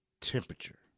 temperature